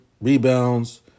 rebounds